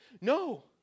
No